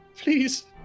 Please